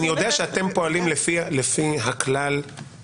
אני יודע שאתם פועלים לפי המסות.